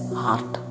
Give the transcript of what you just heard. heart